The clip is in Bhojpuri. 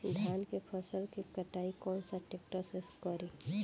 धान के फसल के कटाई कौन सा ट्रैक्टर से करी?